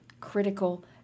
critical